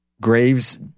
Graves